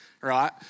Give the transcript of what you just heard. right